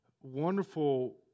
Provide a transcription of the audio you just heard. wonderful